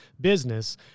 business